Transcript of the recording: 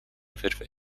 wyrwę